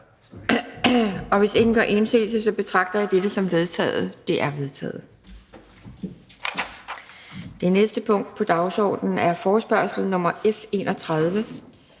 og hvis ingen gør indsigelse, betragter jeg dette som vedtaget. Det er vedtaget. --- Det næste punkt på dagsordenen er: 9) 1.